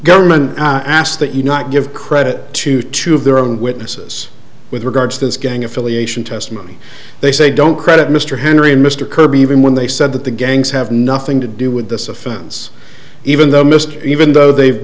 government asked that you not give credit to two of their own witnesses with regard to this gang affiliation testimony they say don't credit mr henry and mr kirby even when they said that the gangs have nothing to do with this offense even though mr even though they've